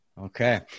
Okay